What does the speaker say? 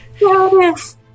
yes